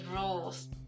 rules